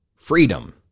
freedom